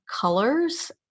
colors